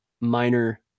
minor